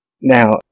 Now